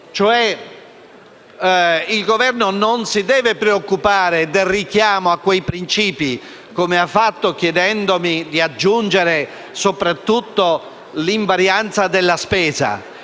Il Governo non si deve preoccupare del richiamo a quei principi, come ha fatto chiedendomi di aggiungere soprattutto l'invarianza della spesa,